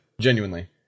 genuinely